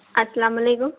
السلام علیکم